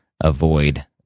avoid